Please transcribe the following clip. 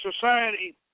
society